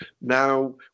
Now